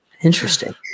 Interesting